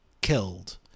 killed